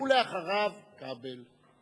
ואחריו, חבר הכנסת כבל.